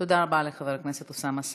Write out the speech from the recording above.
תודה רבה לחבר הכנסת אוסאמה סעדי.